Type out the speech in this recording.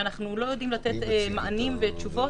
ואנחנו לא יודעים לתת מענים ותשובות,